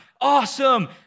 awesome